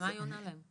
ומה היא עונה להן?